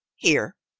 here,